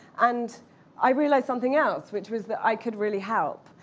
and i realized something else which was that i could really help.